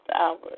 hours